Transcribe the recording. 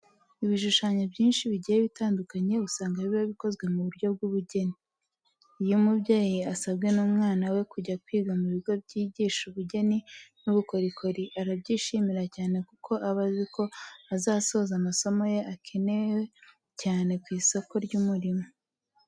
Ibishushanyo byinshi bigiye bitandukanye usanga biba bikozwe mu buryo bw'ubugeni. Iyo umubyeyi asabwe n'umwana we kujya kwiga mu bigo byigisha ubugeni n'ubukorikori, arabyishimira cyane kuko aba azi ko azasoza amasomo ye akenewe cyane ku isoko ry'umurimo.